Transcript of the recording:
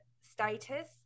status